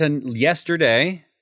yesterday